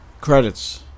Credits